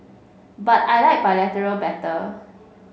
but I like bilateral better